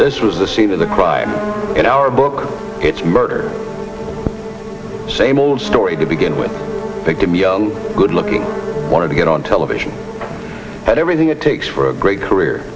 this was the scene of the crime in our book it's murder same old story to begin with victim young good looking wanted to get on television at everything it takes for a great career